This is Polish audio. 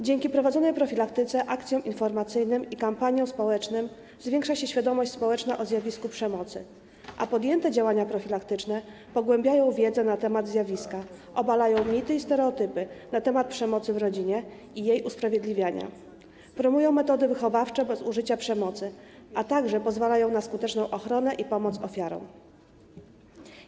Dzięki prowadzonej profilaktyce, akcjom informacyjnym i kampaniom społecznym zwiększa się świadomość społeczna, jeżeli chodzi o zjawisko przemocy, a podjęte działania profilaktyczne pogłębiają wiedzę na jego temat, obalają mity i stereotypy na temat przemocy w rodzinie i prób jej usprawiedliwiania, promują metody wychowawcze bez użycia przemocy, a także pozwalają na skuteczną ochronę ofiar i niesienie im pomocy.